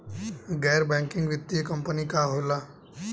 गैर बैकिंग वित्तीय कंपनी का होला?